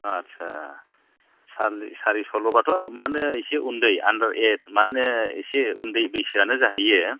आदसा सारायसलल' बाथ' मा होनो एसे उन्दै आन्डार एज माने एसे उन्दै बैसोआनो जाहैयो